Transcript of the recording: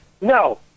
No